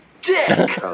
dick